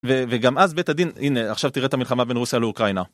וגם אז בית הדין, הנה, עכשיו תראה את המלחמה בין רוסיה לאוקראינה.